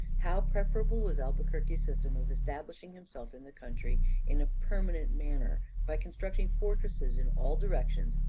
how preferable was albuquerque's system of establishing himself in the country in a permanent manner, by constructing fortresses in all directions,